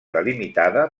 delimitada